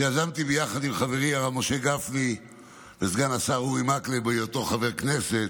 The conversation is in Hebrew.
שיזמתי ביחד עם חברי הרב משה גפני וסגן השר אורי מקלב בהיותו חבר כנסת,